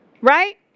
right